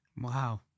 Wow